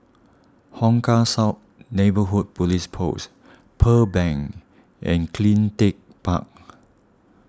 Hong Kah South Neighbourhood Police Post Pearl Bank and CleanTech Park